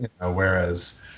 Whereas